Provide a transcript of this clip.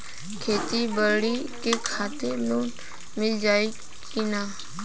खेती बाडी के खातिर लोन मिल जाई किना?